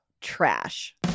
trash